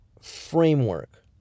framework